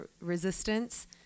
resistance